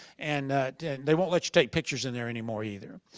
and they won't let you take pictures in there anymore either.